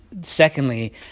secondly